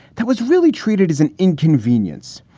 that was really treated as an inconvenience.